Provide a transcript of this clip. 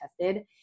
tested